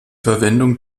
verwendung